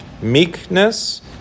Meekness